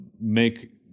make